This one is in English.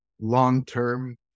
long-term